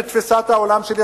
בתפיסת העולם שלי,